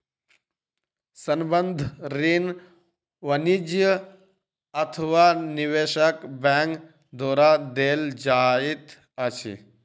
संबंद्ध ऋण वाणिज्य अथवा निवेशक बैंक द्वारा देल जाइत अछि